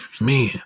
man